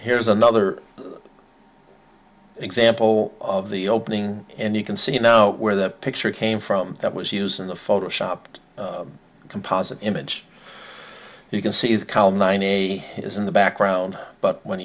here's another example of the opening and you can see now where the picture came from that was used in the photo shopped composite image you can see the col nine a is in the background but when